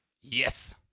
Yes